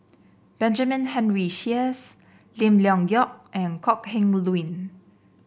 Benjamin Henry Sheares Lim Leong Geok and Kok Heng Leun